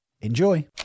enjoy